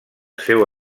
seu